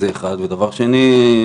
דבר שני,